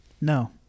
No